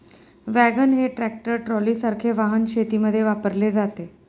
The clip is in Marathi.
वॅगन हे ट्रॅक्टर ट्रॉलीसारखे वाहन शेतीमध्ये वापरले जाते